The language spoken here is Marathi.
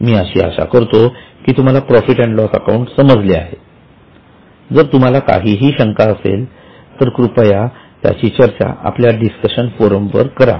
मी अशी आशा करतो की तुम्हाला प्रॉफिट अँड लॉस अकाउंट समजले आहे जर तुम्हाला काही ही शंका असतील तर कृपया करून त्याची चर्चा आपल्या डिस्कशन फोरम वर करा